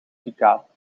gekaapt